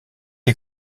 est